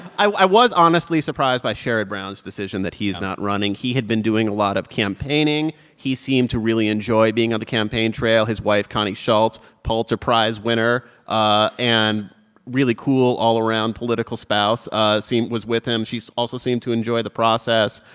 i was honestly surprised by sherrod brown's decision that he is not running. he had been doing a lot of campaigning. he seemed to really enjoy being on the campaign trail. his wife, connie schultz, pulitzer prize winner ah and really cool all around political spouse ah was with him. she also seemed to enjoy the process.